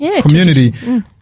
community